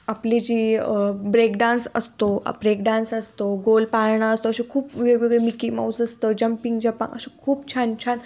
आपली जी ब्रेकडान्स असतो ब्रेकडान्स असतो गोल पाळणा असतो असे खूप वेगवेगळे मिकी माऊस असतं जंपिंग जपा अशी खूप छान छान